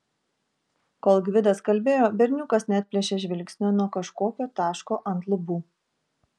kol gvidas kalbėjo berniukas neatplėšė žvilgsnio nuo kažkokio taško ant lubų